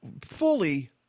fully